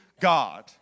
God